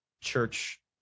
church